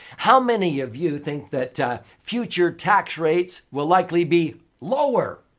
how many of you think that future tax rates will likely be lower?